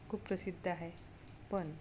खूप प्रसिद्ध आहे पण